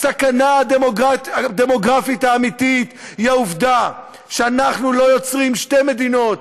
הסכנה הדמוגרפית האמיתית היא העובדה שאנחנו לא יוצרים שתי מדינות,